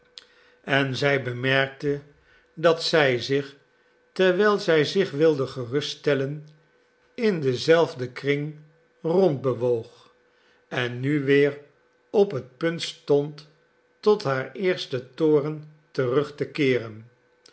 en zij bemerkte dat zij zich terwijl zij zich wilde geruststellen in denzelfden kring rondbewoog en nu weer op het punt stond tot haar eersten toorn terug te keeren